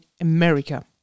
America